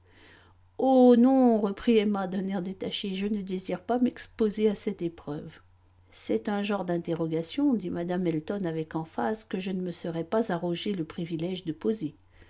oh non reprit emma d'un air détaché je ne désire pas m'exposer à cette épreuve c'est un genre d'interrogation dit mme elton avec emphase que je ne me serais pas arrogé le privilège de poser